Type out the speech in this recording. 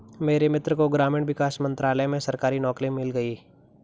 मेरे मित्र को ग्रामीण विकास मंत्रालय में सरकारी नौकरी मिल गई